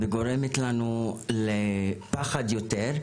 וגורמת לנו לפחד יותר.